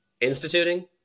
instituting